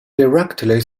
directly